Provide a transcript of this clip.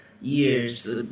years